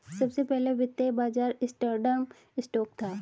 सबसे पहला वित्तीय बाज़ार एम्स्टर्डम स्टॉक था